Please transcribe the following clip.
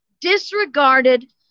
disregarded